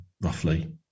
roughly